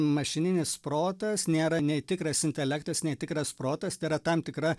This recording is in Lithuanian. mašininis protas nėra nei tikras intelektas nei tikras protas tai yra tam tikra